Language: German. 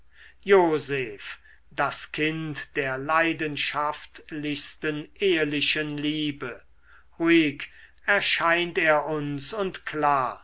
joseph das kind der leidenschaftlichsten ehelichen liebe ruhig erscheint er uns und klar